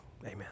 Amen